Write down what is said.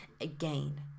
again